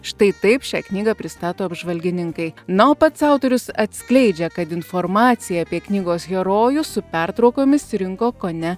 štai taip šią knygą pristato apžvalgininkai na o pats autorius atskleidžia kad informaciją apie knygos herojų su pertraukomis rinko kone